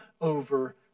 over